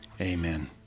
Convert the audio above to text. Amen